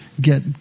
get